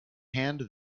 hand